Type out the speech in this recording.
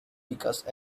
because